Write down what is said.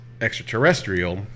extraterrestrial